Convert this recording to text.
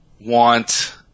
want